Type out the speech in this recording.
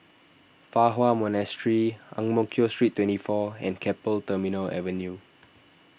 Fa Hua Monastery Ang Mo Kio Street twenty four and Keppel Terminal Avenue